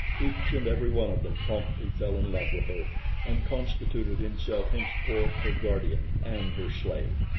each and every one of them promptly fell in love with her and constituted himself henceforth her guardian and her slave.